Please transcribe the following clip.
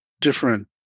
different